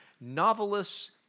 Novelists